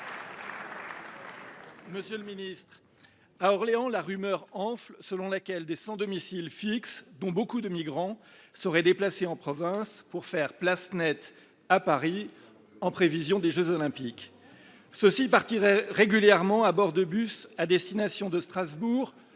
des outre mer, à Orléans, la rumeur enfle selon laquelle des sans domicile fixe (SDF), dont beaucoup de migrants, seraient déplacés en province pour faire place nette à Paris en prévision des jeux Olympiques. Ces SDF partiraient régulièrement à bord de bus à destination de Strasbourg,